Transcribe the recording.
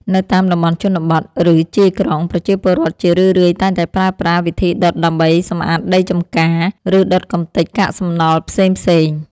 នៅតាមតំបន់ជនបទ ឬជាយក្រុង ប្រជាពលរដ្ឋជារឿយៗតែងតែប្រើប្រាស់វិធីដុតដើម្បីសម្អាតដីចម្ការ ឬដុតកម្ទេចកាកសំណល់ផ្សេងៗ។